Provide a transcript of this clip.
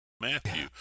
Matthew